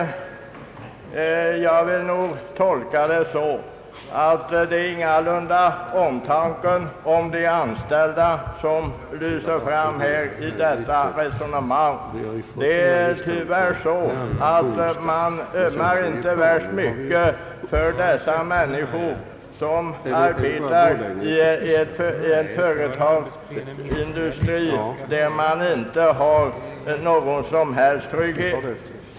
Jag vill nog tolka detta så att det ingalunda är omtanken om de anställda som lyser fram i dessa resonemang. Tyvärr ömmar man inte värst mycket för människorna som arbetar inom en industri där de inte har någon som helst trygghet.